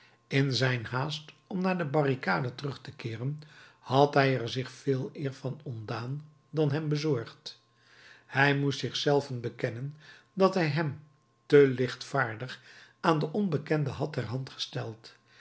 in zijn haast om naar de barricade terug te keeren had hij er zich veeleer van ontdaan dan hem bezorgd hij moest zich zelven bekennen dat hij hem te lichtvaardig aan den onbekende had ter hand gesteld